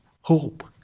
hope